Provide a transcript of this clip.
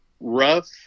rough